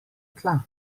tla